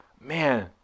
man